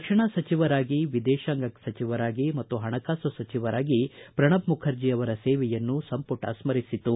ರಕ್ಷಣಾ ಸಚಿವರಾಗಿ ವಿದೇಶಾಂಗ ಸಚಿವರಾಗಿ ಮತ್ತು ಪಣಕಾಸು ಸಚಿವರಾಗಿ ಪ್ರಣಬ್ ಮುಖರ್ಜಿ ಅವರ ಸೇವೆಯನ್ನು ಸಂಪುಟ ಸ್ಪರಿಸಿತು